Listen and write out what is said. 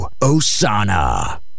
Osana